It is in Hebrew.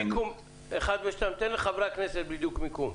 1 ו-2 תן לחברי הכנסת בדיוק מיקום.